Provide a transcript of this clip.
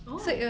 oh